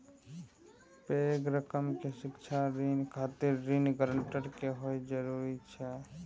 पैघ रकम के शिक्षा ऋण खातिर ऋण गारंटर के हैब जरूरी छै